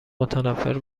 متنفر